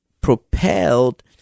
propelled